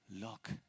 look